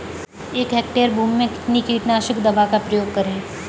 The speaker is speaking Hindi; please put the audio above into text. एक हेक्टेयर भूमि में कितनी कीटनाशक दवा का प्रयोग करें?